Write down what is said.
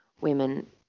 women